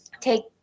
take